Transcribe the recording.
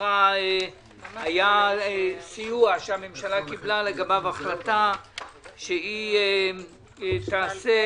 היה סיוע שהממשלה קיבלה לגביו החלטה שהיא תעשה